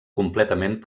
completament